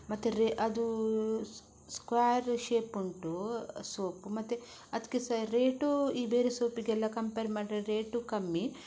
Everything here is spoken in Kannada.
ಮತ್ತೆ ರೇ ಅದು ಸ್ಕ್ವೇರ್ ಶೇಪ್ ಉಂಟು ಸೋಪು ಮತ್ತು ಅದಕ್ಕೆ ಸಹ ರೇಟೂ ಈ ಬೇರೆ ಸೋಪಿಗೆಲ್ಲ ಕಂಪೇರ್ ಮಾಡಿದರೆ ರೇಟೂ ಕಮ್ಮಿ